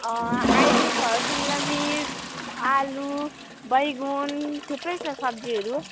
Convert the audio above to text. अहिले छ सिमला मिर्च आलु बैगुन थुप्रै छ सब्जीहरू